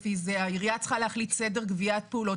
העירייה צריכה להחליט על סדר גביית פעולות,